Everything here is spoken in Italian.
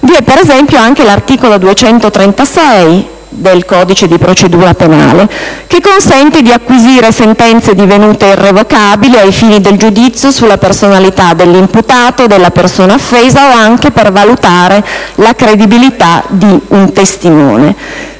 vi è, per esempio, anche l'articolo 236 del codice di procedura penale, che consente di acquisire sentenze divenute irrevocabili, ai fini del giudizio sulla personalità dell'imputato o della persona offesa o anche per valutare la credibilità di un testimone.